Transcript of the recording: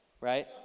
Right